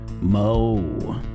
mo